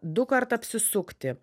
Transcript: dukart apsisukti